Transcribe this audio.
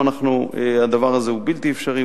היום הדבר הזה הוא בלתי אפשרי,